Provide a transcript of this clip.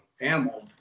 animal